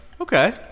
Okay